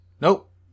Nope